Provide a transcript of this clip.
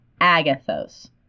agathos